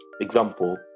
example